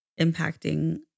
impacting